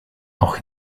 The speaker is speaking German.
auch